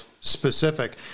specific